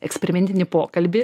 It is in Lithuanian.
eksperimentinį pokalbį